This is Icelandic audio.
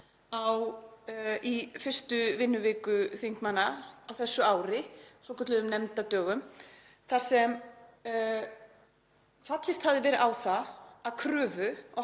í fyrstu vinnuviku þingmanna á þessu ári, svokölluðum nefndadögum, þar sem fallist hafði verið á það, að kröfu